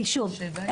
שוב,